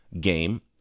game